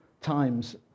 times